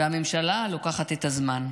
והממשלה לוקחת את הזמן.